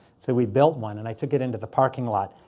so we built one, and i took it into the parking lot.